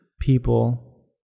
people